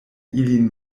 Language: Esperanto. ilin